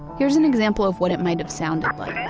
here's an example of what it might've sounded like